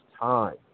time